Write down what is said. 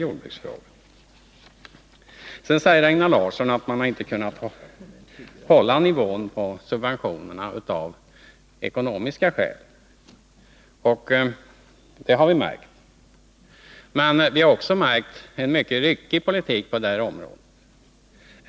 Vidare säger Einar Larsson att det av ekonomiska skäl inte varit möjligt att hålla subventionsnivån. Det har vi märkt, men vi har också märkt en mycket ryckig politik på detta område.